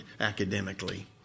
academically